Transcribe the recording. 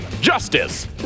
justice